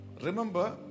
remember